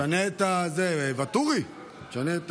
חבר הכנסת ארז מלול יציג את